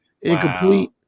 Incomplete